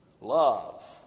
Love